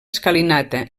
escalinata